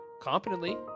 competently